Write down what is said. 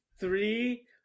Three